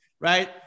Right